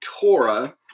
Torah